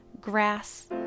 grass